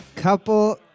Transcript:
Couple